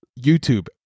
YouTube